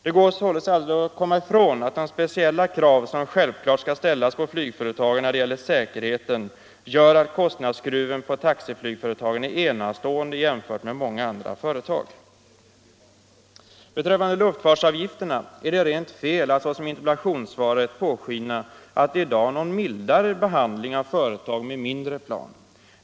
Det går således aldrig att komma ifrån att de speciella krav som självfallet skall ställas på flygföretagen när det gäller säkerheten gör att kostnadsskruven på taxiflygföretagen är enastående i jämförelse med många andra företag. Beträffande luftfartsavgifterna är det rent fel att såsom i interpellationssvaret påskina att det i dag är någon mildare behandling av företag med mindre plan.